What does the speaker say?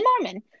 Mormon